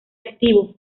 activo